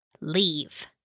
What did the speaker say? leave